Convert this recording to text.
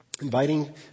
inviting